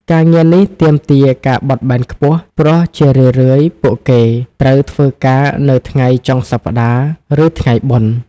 ការងារនេះទាមទារការបត់បែនខ្ពស់ ព្រោះជារឿយៗពួកគេត្រូវធ្វើការនៅថ្ងៃចុងសប្តាហ៍ ឬថ្ងៃបុណ្យ។